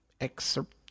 Excerpt